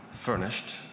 furnished